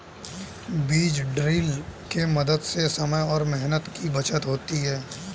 बीज ड्रिल के मदद से समय और मेहनत की बचत होती है